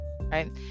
right